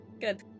good